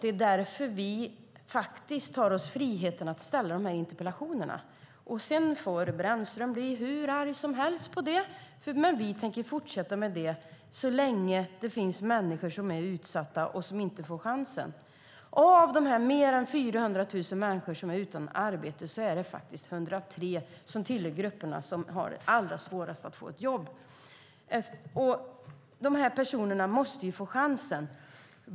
Det är därför vi tar oss friheten att ställa de här interpellationerna. Sedan får Brännström bli hur arg som helst på det, men vi tänker fortsätta med det så länge det finns människor som är utsatta och som inte får chansen. Av de mer än 400 000 människor som är utan arbete är det faktiskt 103 000 som tillhör de grupper som har allra svårast att få ett jobb. De här personerna måste få chansen.